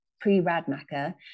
pre-Radmacher